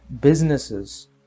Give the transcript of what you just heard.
businesses